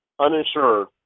uninsured